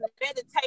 meditation